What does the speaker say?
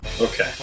Okay